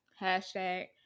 hashtag